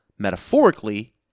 metaphorically